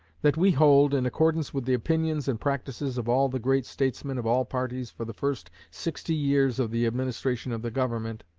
that we hold, in accordance with the opinions and practices of all the great statesmen of all parties for the first sixty years of the administration of the government,